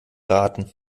raten